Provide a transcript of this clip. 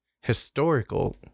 historical